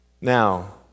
Now